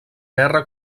guerra